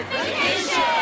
Vacation